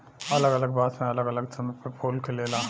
अलग अलग बांस मे अलग अलग समय पर फूल खिलेला